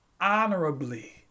honorably